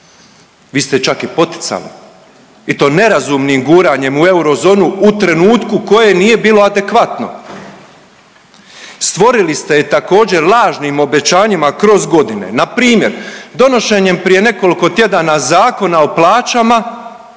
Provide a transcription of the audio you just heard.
Vi ste je čak i poticali i to nerazumnim guranjem u eurozonu u trenutku koje nije bilo adekvatno. Stvorili ste je također lažnim obećanjima kroz godine, npr. donošenjem prije nekoliko tjedana Zakona o plaćama